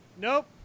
Nope